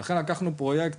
ולכן לקחנו פרויקט,